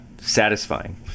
satisfying